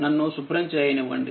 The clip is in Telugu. నన్ను శుభ్రం చేయనివ్వండి